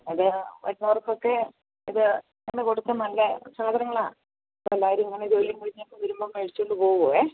അത് വരുന്നവർക്ക് ഒക്കെ ഇത് ഇവിടെ നിന്ന് കൊടുക്കുന്നത് നല്ല സാധനങ്ങൾ ആണ് എല്ലാവരും ഇങ്ങനെ ജോലിയും കഴിഞ്ഞ് വരുമ്പം മേടിച്ചുകൊണ്ട് പോകും